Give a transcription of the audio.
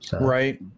Right